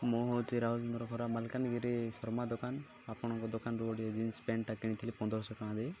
ମୁଁ ହେଉଛି ରାହୁଲ ମୋର ଘର ମାଲକାନଗିରି ଶର୍ମା ଦୋକାନ ଆପଣଙ୍କ ଦୋକାନରୁ ଗୋଟେ ଜିନ୍ସ ପ୍ୟାଣ୍ଟ୍ଟା କିଣିଥିଲି ପନ୍ଦର ଶହ ଟଙ୍କା ଦେଇ